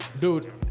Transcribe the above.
Dude